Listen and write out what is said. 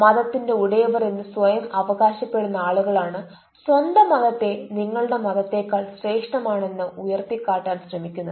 മതത്തിന്റെ ഉടയവർ എന്ന് സ്വയം അവകാശപ്പെടുന്ന ആളുകളാണ് സ്വന്തം മതത്തെ നിങ്ങളുടെ മതത്തേക്കാൾ ശ്രേഷ്ഠമാണ് എന്ന് ഉയർത്തി കാട്ടാൻ ശ്രമിക്കുന്നത്